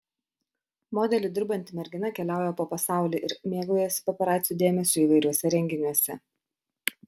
modeliu dirbanti mergina keliauja po pasaulį ir mėgaujasi paparacių dėmesiu įvairiuose renginiuose